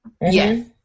Yes